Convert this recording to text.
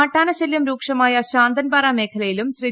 കാട്ടാനശല്ല്യം രൂക്ഷമായ ശാന്തൻപാറ മേഖലയിലും ശ്രീ